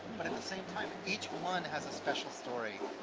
but at the same time each one has a special story.